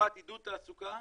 לטובת עידוד תעסוקה,